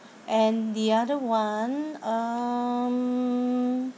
and the other one um